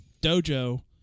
dojo